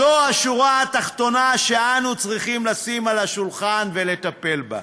זו השורה התחתונה שאנו צריכים לשים על השולחן ולטפל בה.